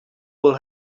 will